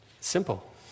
simple